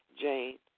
Jane